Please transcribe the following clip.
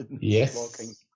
Yes